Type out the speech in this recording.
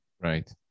Right